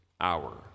hour